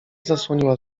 zasłoniła